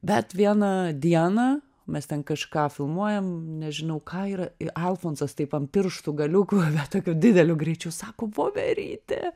bet vieną dieną mes ten kažką filmuojam nežinau ką ir alfonsas taip ant pirštų galiukų bet tokiu dideliu greičiu sako voverytė